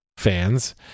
fans